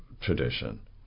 tradition